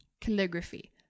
calligraphy